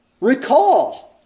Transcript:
Recall